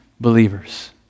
believers